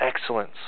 excellence